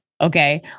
Okay